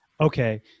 okay